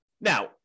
Now